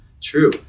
true